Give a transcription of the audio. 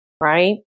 right